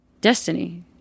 Destiny